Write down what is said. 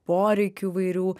poreikių įvairių